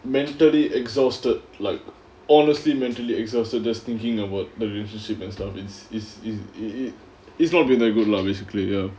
mentally exhausted like honestly mentally exhausted just thinking about the relationship and stuff it's it's it it it's not been that good lah basically ya